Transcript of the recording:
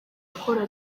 akora